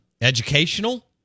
educational